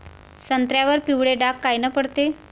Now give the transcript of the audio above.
संत्र्यावर पिवळे डाग कायनं पडते?